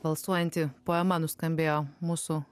alsuojanti poema nuskambėjo mūsų